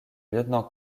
lieutenant